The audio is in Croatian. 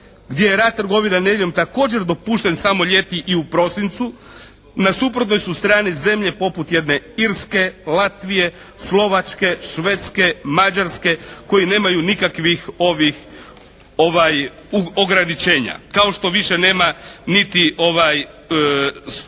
gdje je rad trgovina nedjeljom također dopušten samo ljeti i u prosincu. Na suprotnoj su strani zemlje poput jedne Irske, Latvije, Slovačke, Švedske, Mađarske koji nemaju nikakvih ovih ograničenja. Kao što više nema niti Slovenija.